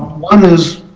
one is,